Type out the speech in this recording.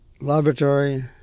laboratory